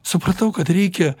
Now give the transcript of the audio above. supratau kad reikia